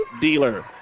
dealer